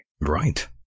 right